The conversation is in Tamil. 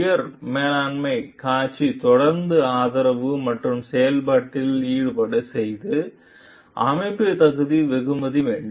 உயர் மேலாண்மை காட்சி தொடர்ந்து ஆதரவு மற்றும் செயல்பாட்டில் ஈடுபாடு செய்து அமைப்பு தகுதி வெகுமதி வேண்டும்